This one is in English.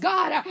God